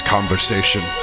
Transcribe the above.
Conversation